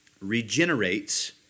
regenerates